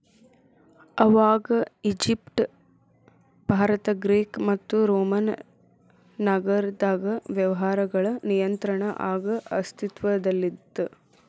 ಆವಾಗ Egypt Bharat Greek ಮತ್ತು Roman ನಾಗರದಾಗ ವ್ಯವಹಾರಗಳ ನಿಯಂತ್ರಣ ಆಗ ಅಸ್ತಿತ್ವದಲ್ಲಿತ್ತ